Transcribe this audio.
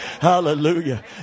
Hallelujah